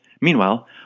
Meanwhile